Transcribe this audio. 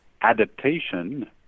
adaptation